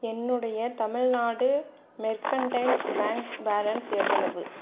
என்னுடைய Tamil Nadu mercantiles bank balance எவ்வளவு